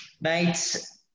Mates